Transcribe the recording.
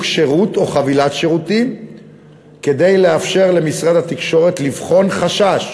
שירות או חבילת שירותים כדי לאפשר למשרד התקשורת לבחון חשש